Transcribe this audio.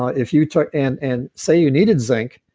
ah if you took. and and say you needed zinc,